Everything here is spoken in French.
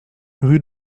rue